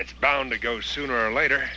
it's bound to go sooner or later